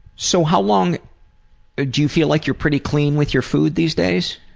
so how long do you feel like you're pretty clean with your food these days?